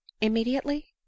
Immediately